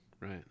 right